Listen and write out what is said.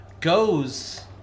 goes